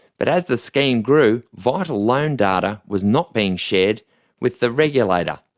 but as the scheme grew vital loan data was not being shared with the regulator,